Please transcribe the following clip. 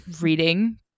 reading